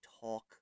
talk